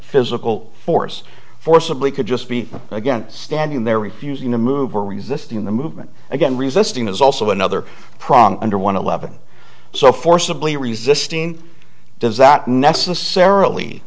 physical force forcibly could just be against standing there refusing to move or resisting the movement again resisting is also another problem under one eleven so forcibly resisting does that necessarily